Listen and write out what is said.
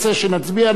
הוא אחרון.